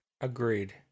Agreed